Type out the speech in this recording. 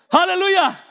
Hallelujah